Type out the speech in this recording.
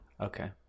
okay